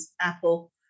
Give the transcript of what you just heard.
apple